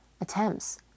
attempts